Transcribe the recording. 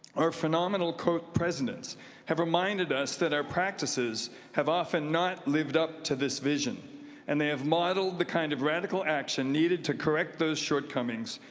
our phenomenal co-presidents have remind ised and us that our practices have often not lived up to this vision and they have modeled the kind of radical action needed to correct those shortcomings,